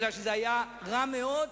כי זה היה רע מאוד,